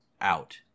out